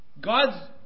God's